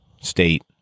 state